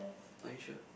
are you sure